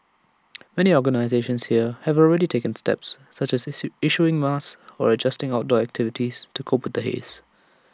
many organisations here have already taken steps such as issuing masks or adjusting outdoor activities to cope the haze